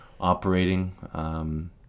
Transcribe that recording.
operating